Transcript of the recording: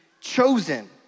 chosen